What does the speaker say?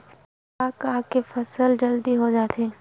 का का के फसल जल्दी हो जाथे?